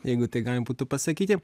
jeigu tai galima būtų pasakyti